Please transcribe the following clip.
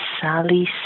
Sally